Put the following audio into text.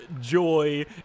joy